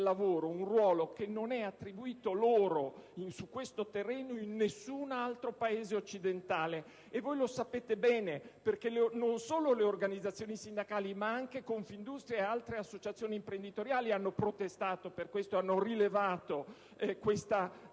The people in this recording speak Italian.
lavoro un ruolo che non è attribuito loro su questo terreno in nessun altro Paese occidentale. Voi lo sapete bene, perché non solo le organizzazioni sindacali, ma anche Confindustria ed altre associazioni imprenditoriali hanno protestato per questo e hanno rilevato